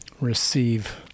Receive